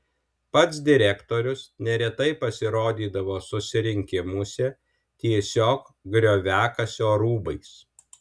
pats direktorius neretai pasirodydavo susirinkimuose tiesiog grioviakasio rūbais